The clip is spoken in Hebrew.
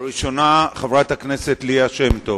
הראשונה, חברת הכנסת ליה שמטוב.